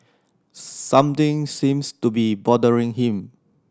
something seems to be bothering him